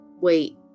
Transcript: wait